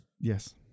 yes